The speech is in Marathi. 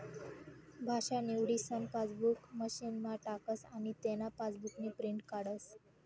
भाषा निवडीसन पासबुक मशीनमा टाकस आनी तेना पासबुकनी प्रिंट काढस